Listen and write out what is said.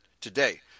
today